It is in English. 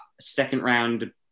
second-round